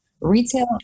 Retail